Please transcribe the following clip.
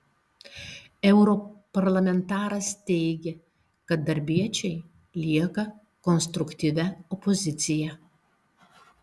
europarlamentaras teigė kad darbiečiai lieka konstruktyvia opozicija